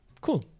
Cool